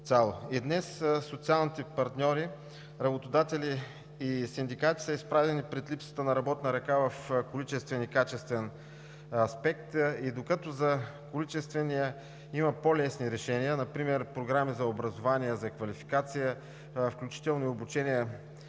И днес социалните партньори – работодатели и синдикати, са изправени пред липсата на работна ръка в количествен и качествен аспект. Докато за количествения има по лесни решения, например програми за образование, за квалификация, включително и обучения